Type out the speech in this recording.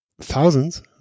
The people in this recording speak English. thousands